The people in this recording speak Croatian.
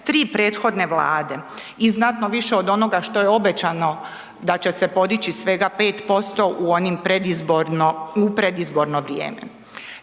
3 prethodne Vlade i znatno više od onoga što je obećano da će se podići svega 5% u onim predizborno,